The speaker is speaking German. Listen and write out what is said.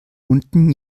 unten